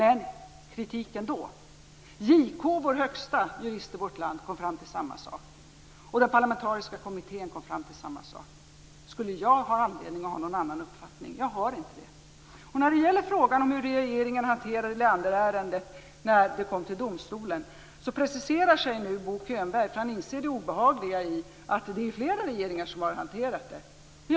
Ändå framförs kritik. JK, vår högsta jurist i vårt land, och den parlamentariska kommittén kom fram till samma sak. Skulle jag ha anledning att ha någon annan uppfattning? Jag har inte det. När det gäller frågan om hur regeringen hanterade Leanderärendet när det kom till domstolen preciserar sig nu Bo Könberg, för han inser det obehagliga i att det är flera regeringar som har hanterat frågan.